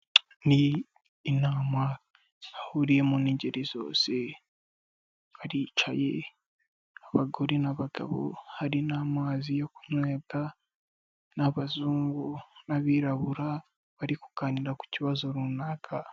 Ni inama yahuriyemo n'ingeri zose, baricaye abagore n'abagabo, hari n'amazi yo kunywebwa n'abazungu n'abirabura, bari kuganira ku kibazo runaka.